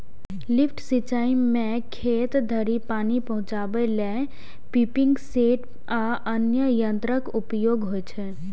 lift सिंचाइ मे खेत धरि पानि पहुंचाबै लेल पंपिंग सेट आ अन्य यंत्रक उपयोग होइ छै